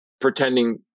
pretending